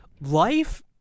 life